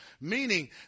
meaning